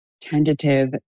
tentative